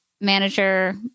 manager